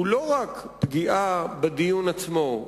הוא לא רק פגיעה בדיון עצמו,